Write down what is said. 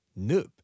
Noob